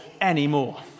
anymore